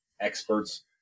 experts